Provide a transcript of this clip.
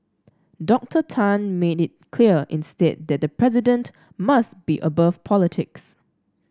Doctor Tan made it clear instead that the president must be above politics